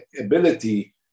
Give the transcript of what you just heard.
ability